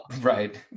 right